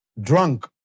drunk